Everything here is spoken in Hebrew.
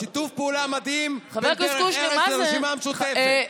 שיתוף פעולה מדהים בין דרך ארץ לרשימה המשותפת,